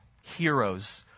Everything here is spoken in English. heroes